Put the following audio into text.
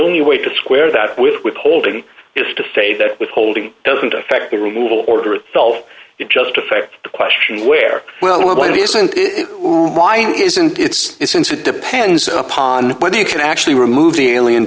only way to square that with withholding is to say that withholding doesn't affect the removal order itself it just affect the question where well it might be isn't it lying isn't it's since it depends upon whether you can actually remove the alien